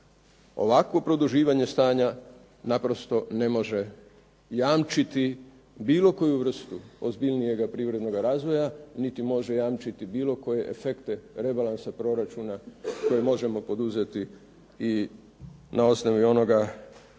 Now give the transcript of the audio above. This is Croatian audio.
Ovakvo produživanje stanja naprosto ne može jamčiti bilo koju vrstu ozbiljnijega privrednoga razvoja niti može jamčiti bilo koje efekte rebalansa proračuna koje možemo poduzeti i na osnovi onoga